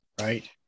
right